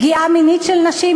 פגיעה מינית של נשים,